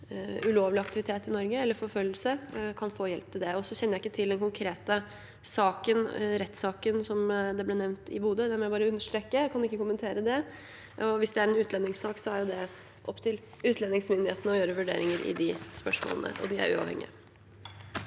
ulovlig aktivitet eller forfølgelse i Norge, kan få hjelp til det. Jeg kjenner ikke til den konkrete rettssaken i Bodø som ble nevnt, det må jeg bare understreke – jeg kan ikke kommentere det. Hvis det er en utlendingssak, er det opp til utlendingsmyndighetene å gjøre vurderinger i de spørsmålene, og de er uavhengige.